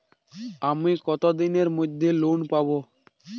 আমি কতদিনের মধ্যে লোন পাব?